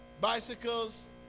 Bicycles